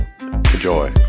Enjoy